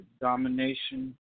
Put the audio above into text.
domination